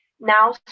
now